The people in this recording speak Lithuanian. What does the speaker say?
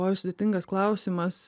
oj sudėtingas klausimas